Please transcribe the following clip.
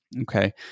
okay